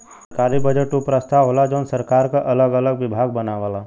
सरकारी बजट उ प्रस्ताव होला जौन सरकार क अगल अलग विभाग बनावला